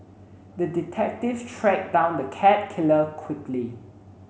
the detective tracked down the cat killer quickly